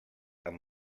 amb